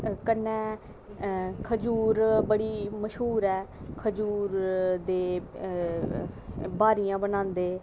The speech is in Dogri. कन्नै खजूर बड़ी मश्हूर ऐ ते एह्दियां ब्हारियां बनांदे